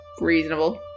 Reasonable